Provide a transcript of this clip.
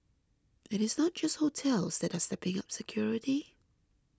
it is not just hotels that are stepping up security